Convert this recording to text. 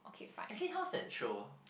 actually how's that show